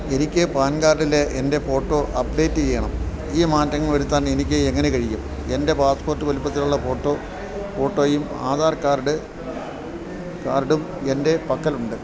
എനിക്ക് പാൻ കാർഡിൻ്റെ എൻ്റെ ഫോട്ടോ അപ്ഡേറ്റ് ചെയ്യണം ഈ മാറ്റങ്ങൾ വരുത്താൻ എനിക്ക് എങ്ങനെ കഴിയും എൻ്റെ പാസ്പോർട്ട് വലിപ്പത്തിലുള്ള ഫോട്ടോ ഫോട്ടോയും ആധാർ കാർഡ് കാർഡും എൻ്റെ പക്കലുണ്ട്